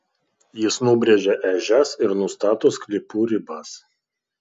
jis nubrėžia ežias ir nustato sklypų ribas